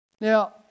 Now